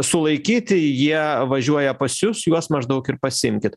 sulaikyti jie važiuoja pas jus juos maždaug ir pasiimkit